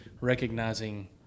recognizing